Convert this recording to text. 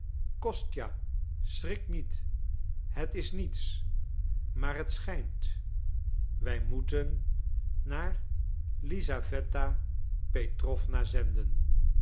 kostja schrik niet het is niets maar het schijnt wij moeten naar lisaweta petrowna zenden